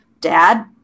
dad